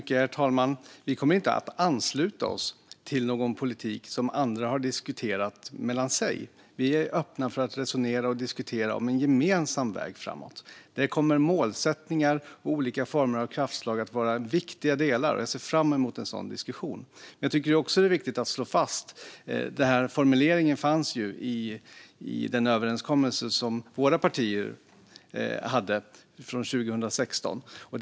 Herr talman! Vi kommer inte att ansluta oss till någon politik som andra har diskuterat mellan sig. Vi är öppna för att resonera och diskutera om en gemensam väg framåt. Där kommer målsättningar och olika kraftslag att vara viktiga delar, och jag ser fram emot en sådan diskussion. Jag tycker att det är viktigt att slå fast att denna formulering fanns i den överenskommelse från 2016 som våra partier hade.